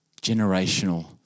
Generational